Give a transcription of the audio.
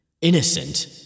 Innocent